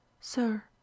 Sir